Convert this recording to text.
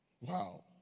Wow